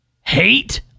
hate